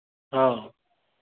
ହଁ